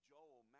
Joel